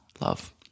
Love